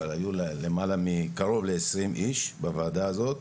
אבל היו קרוב לעשרים איש בוועדה הזאת.